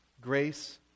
Grace